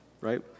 right